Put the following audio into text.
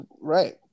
right